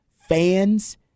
fans